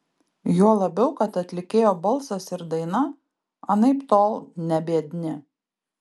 juo labiau kad atlikėjo balsas ir daina anaiptol ne biedni